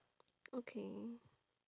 okay